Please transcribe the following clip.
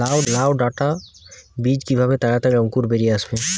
লাউ ডাটা বীজ কিভাবে তাড়াতাড়ি অঙ্কুর বেরিয়ে আসবে?